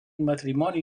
matrimoni